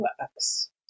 works